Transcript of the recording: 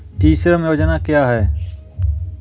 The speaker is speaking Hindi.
ई श्रम योजना क्या है?